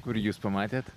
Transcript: kur jūs pamatėt